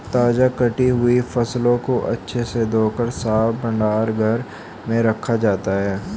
ताजा कटी हुई फसलों को अच्छे से धोकर साफ भंडार घर में रखा जाता है